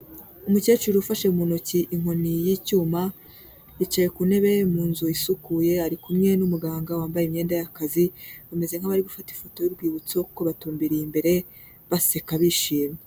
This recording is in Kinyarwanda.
Umukecuru ufashe muntoki inkoni y'icyuma, yicaye ku ntebe mu nzu isukuye, ari kumwe n'umuganga wambaye imyenda y'akazi, bameze nk'abari gufata ifoto y'urwibutso kuko batumbiriye imbere, baseka bishimye.